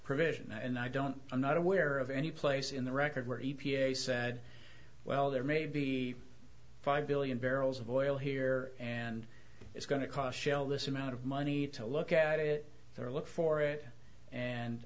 provision and i don't i'm not aware of any place in the record where e p a said well there may be five billion barrels of oil here and it's going to cost shell this amount of money to look at it or look for it and